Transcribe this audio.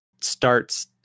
starts